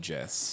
Jess